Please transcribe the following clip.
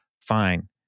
fine